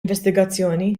investigazzjoni